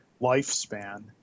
lifespan